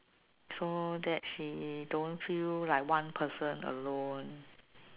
so that she don't feel like one person alone